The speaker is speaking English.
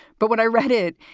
but when i read it,